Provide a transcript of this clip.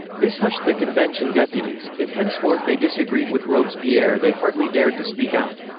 this hushed the convention deputies if henceforth they disagreed with robespierre they hardly dared to speak out.